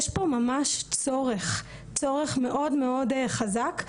יש פה ממש צורך מאוד חזק,